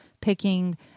picking